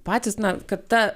patys na kad ta